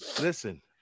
Listen